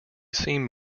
seem